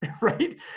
Right